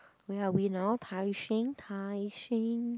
where are we now Tai-Seng Tai-Seng